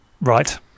right